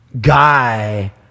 guy